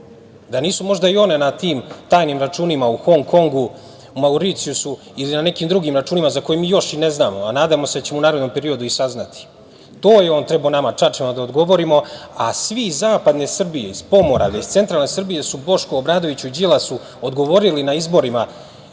Da nisu možda i one na tim tajnim računima u Hong Kongu, Mauricijusu ili na nekim drugim računima za koje mi još ne znamo, a nadamo se da ćemo u narednom periodu i saznati. To je on trebao nama, Čačanima da odgovori a svi iz zapadne Srbije, iz Pomoravlja, iz centralne Srbije su Bošku Obradoviću, Đilasu odgovorili na izborima